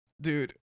Dude